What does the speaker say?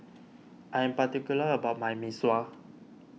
I am particular about my Mee Sua